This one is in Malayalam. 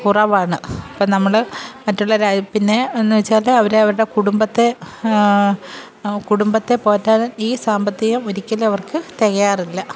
കുറവാണ് അപ്പം നമ്മൾ മറ്റുള്ള രാജ്യത്തിന് എന്നുവെച്ചാൽ അവർ അവരുടെ കുടുംബത്തെ കുടുംബത്തെ പോറ്റാൻ ഈ സാമ്പത്തികം ഒരിക്കലും അവർക്ക് തികയാറില്ല